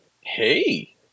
hey